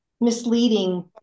misleading